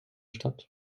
statt